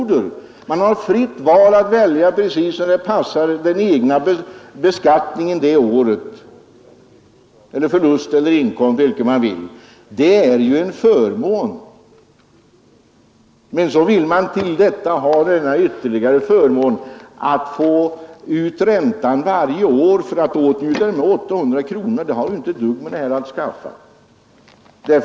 Där har han full rätt att välja vad som passar med hänsyn till den egna beskattningen. Det är ju en förmån. Till detta vill reservanterna ge ytterligare en förmån, nämligen att få ta ut räntan varje år och åtnjuta avdrag på 800 kronor. Det har inte ett dugg med det här att göra.